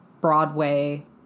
Broadway